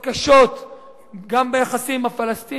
שידע לקבל החלטות קשות גם ביחסים עם הפלסטינים,